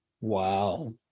Wow